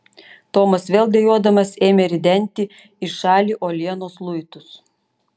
tomas vėl dejuodamas ėmė ridenti į šalį uolienos luitus